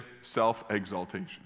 self-exaltation